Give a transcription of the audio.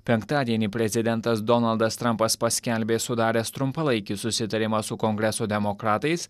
penktadienį prezidentas donaldas trumpas paskelbė sudaręs trumpalaikį susitarimą su kongreso demokratais